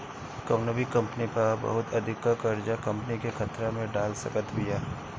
कवनो भी कंपनी पअ बहुत अधिका कर्जा कंपनी के खतरा में डाल सकत बिया